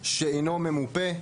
שאינו ממופה,